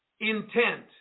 intent